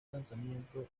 lanzamiento